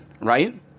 right